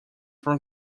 from